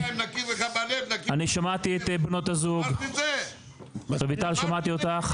אני שמעתי את בנות הזוג, רויטל שמעתי אותך.